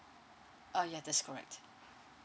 uh yeah that's correct